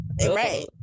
Right